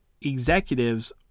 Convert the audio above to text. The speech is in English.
executives